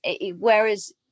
whereas